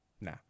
Nah